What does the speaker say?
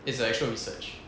it's a actual research